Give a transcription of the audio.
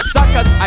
Suckers